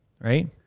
right